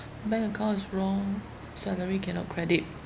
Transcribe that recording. bank account is wrong salary cannot credit